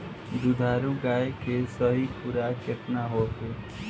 दुधारू गाय के सही खुराक केतना होखे?